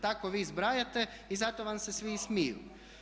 Tako vi zbrajate i zato vam se svi i smiju.